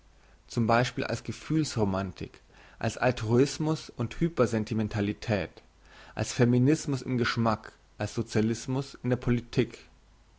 zum beispiel als gefühls romantik als altruismus und hyper sentimentalität als femininismus im geschmack als socialismus in der politik